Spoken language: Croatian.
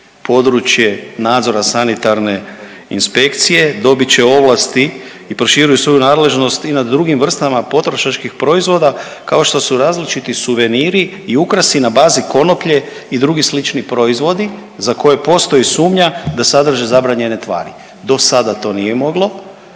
područje nadzora Sanitarne inspekcije. Dobit će ovlasti i proširuju svoju nadležnost i nad drugim vrstama potrošačkih proizvoda kao što su različiti suveniri i ukrasi na bazi konoplje i drugih slični proizvodi za koje postoji sumnja da sadrže zabranjene tvari. Do sada to nije moglo